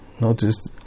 Notice